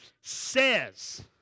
says